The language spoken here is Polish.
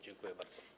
Dziękuję bardzo.